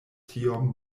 tiom